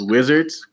Wizards